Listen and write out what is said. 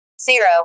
zero